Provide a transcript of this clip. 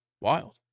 Wild